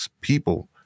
people